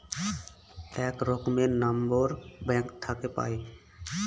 এক রকমের number bank থাকে পাই